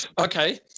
Okay